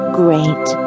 great